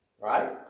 Right